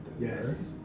Yes